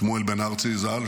שמואל בן-ארצי ז"ל,